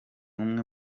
umwe